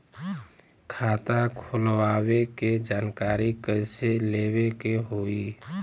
खाता खोलवावे के जानकारी कैसे लेवे के होई?